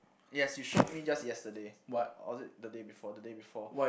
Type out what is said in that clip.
yes you showed me just yesterday or was it the day before the day before